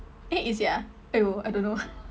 eh is it ah !aiyo! I don't know